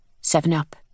seven-up